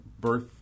birth